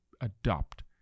adopt